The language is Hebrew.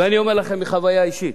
ואני אומר לכם מחוויה אישית,